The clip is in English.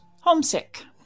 homesick